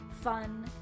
fun